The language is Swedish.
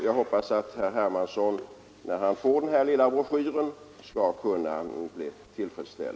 Jag hoppas att herr Hermansson skall bli tillfredsställd när han får vår lilla broschyr.